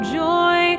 joy